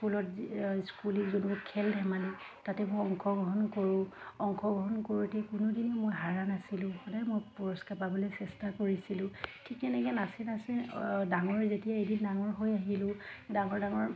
স্কুলত স্কুল উইকত যোনবোৰ খেল ধেমালি তাতে মই অংশগ্ৰহণ কৰোঁ অংশগ্ৰহণ কৰোঁতে কোনোদিনে মই হৰা নাছিলোঁ সদায় মই পুৰস্কাৰ পাবলৈ চেষ্টা কৰিছিলোঁ ঠিক তেনেকৈ নাচে নাচে ডাঙৰ যেতিয়া এদিন ডাঙৰ হৈ আহিলোঁ ডাঙৰ ডাঙৰ